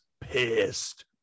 pissed